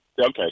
Okay